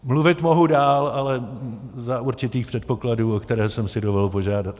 Mluvit mohu dál, ale za určitých předpokladů, o které jsem si dovolil požádat.